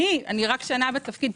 אני רק שנה בתפקיד.